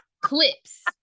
clips